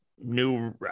new